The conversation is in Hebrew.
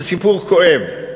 זה סיפור כואב.